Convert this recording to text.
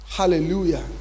hallelujah